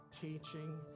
teaching